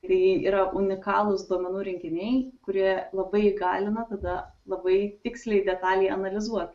tai yra unikalūs duomenų rinkiniai kurie labai įgalina tada labai tiksliai detaliai analizuot